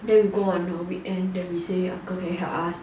then we go on a weekend then we say uncle can you help us